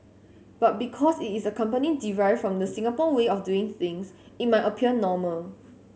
but because it is a company derived from the Singapore way of doing things it might appear normal